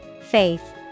Faith